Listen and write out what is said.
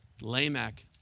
Lamech